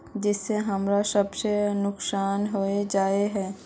जिस से हमरा सब के नुकसान होबे जाय है?